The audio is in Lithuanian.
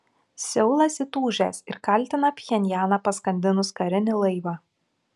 seulas įtūžęs ir kaltina pchenjaną paskandinus karinį laivą